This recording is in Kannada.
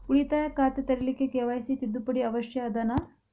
ಉಳಿತಾಯ ಖಾತೆ ತೆರಿಲಿಕ್ಕೆ ಕೆ.ವೈ.ಸಿ ತಿದ್ದುಪಡಿ ಅವಶ್ಯ ಅದನಾ?